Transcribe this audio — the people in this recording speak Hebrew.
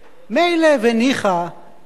מילא וניחא אם